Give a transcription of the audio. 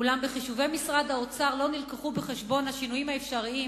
אולם בחישובי משרד האוצר לא נלקחו בחשבון השינויים האפשריים